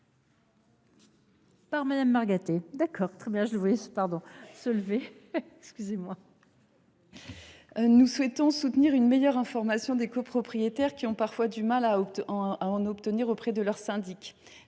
Nous souhaitons mettre en place une meilleure information des copropriétaires, qui ont parfois du mal à en obtenir auprès de leur syndic.